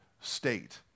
state